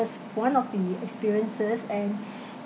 was one of the experiences and